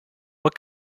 what